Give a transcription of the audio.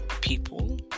people